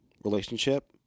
relationship